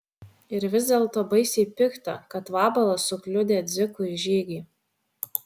ir vis dėlto baisiai pikta kad vabalas sukliudė dzikui žygį